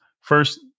First